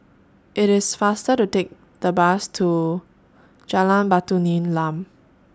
IT IS faster to Take The Bus to Jalan Batu Nilam